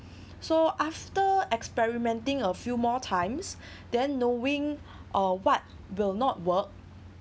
so after experimenting a few more times then knowing uh what will not work